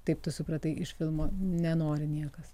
taip tu supratai iš filmo nenori niekas